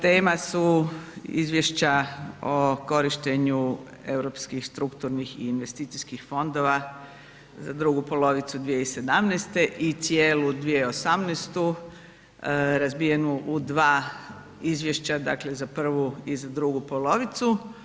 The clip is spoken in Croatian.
Tema su izvješća o korištenju europskih strukturnih i investicijskih fondova za drugu polovicu 2017. i cijelu 2018. razbijenu u dva izvješća dakle za prvu i za drugu polovicu.